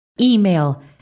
email